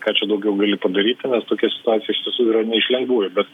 ką čia daugiau gali padaryti nes tokia situacija iš tiesų yra ne iš lengvųjų bet